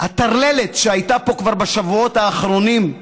הטרללת שהייתה פה כבר בשבועות האחרונים,